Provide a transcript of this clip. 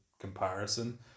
comparison